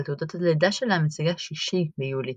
אבל תעודת הלידה שלה מציגה 6 ביולי